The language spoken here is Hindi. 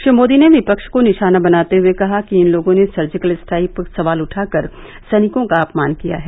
श्री मोदी ने विपक्ष को निशाना बनाते हुए कहा कि इन लोगों ने सर्जिकल स्ट्राइक पर सवाल उठाकर सैनिकों का अपमान किया है